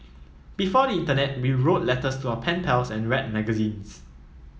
before the internet we wrote letters to our pen pals and read magazines